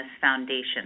Foundation